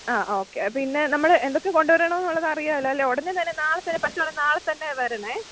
ആ ഓക്കെ പിന്നെ നമ്മൾ എന്തൊക്കെ കൊണ്ട് വരണം എന്ന് ഉള്ളത് അറിയാമല്ലോ അല്ലേ ഉടനെത്തന്നെ നാളെ തന്നെ പറ്റുവാണെ നാളെത്തന്നെ വരണെ